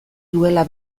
duela